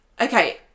okay